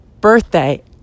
birthday